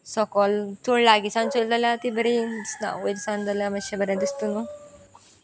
सकयल चड लागीं सावन चोयल जाल्यार ती बरी दिसना वयर सावन जाल्यार मातशें बरें दिसता न्हू